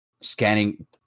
scanning